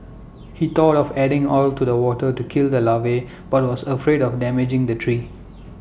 he thought of adding oil to the water to kill the larvae but was afraid of damaging the tree